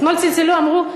אתמול צלצלו ואמרו,